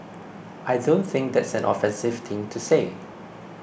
I don't think that's an offensive thing to say